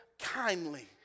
kindly